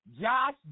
Josh